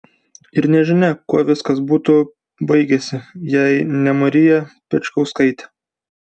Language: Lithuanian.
ir nežinia kuo viskas būtų baigęsi jei ne marija pečkauskaitė